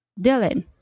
Dylan